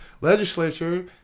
legislature